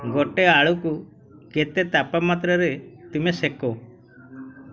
ଗୋଟେ ଆଳୁକୁ କେତେ ତାପମାତ୍ରାରେ ତୁମେ ସେକ